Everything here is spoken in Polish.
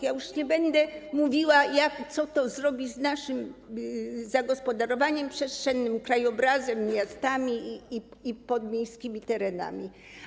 Już nie będę mówiła, co to zrobi z naszym zagospodarowaniem przestrzennym, krajobrazem, miastami i podmiejskimi terenami.